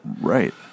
Right